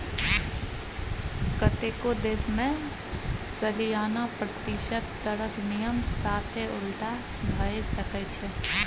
कतेको देश मे सलियाना प्रतिशत दरक नियम साफे उलटा भए सकै छै